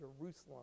Jerusalem